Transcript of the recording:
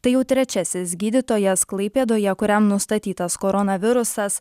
tai jau trečiasis gydytojas klaipėdoje kuriam nustatytas koronavirusas